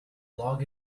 log